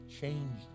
changed